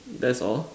that's all